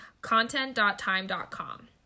content.time.com